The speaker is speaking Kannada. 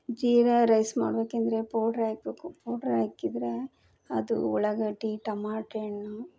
ಜೀರಾ ರೈಸ್ ಮಾಡಬೇಕೆಂದ್ರೆ ಪೌಡ್ರ್ ಹಾಕ್ಬೇಕು ಪೌಡ್ರ್ ಹಾಕಿದ್ರ ಅದು ಉಳ್ಳಾಗಡ್ಡಿ ಟಮಾಟೆ ಹಣ್ಣು